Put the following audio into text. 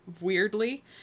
weirdly